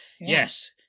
yes